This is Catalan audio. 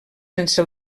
sense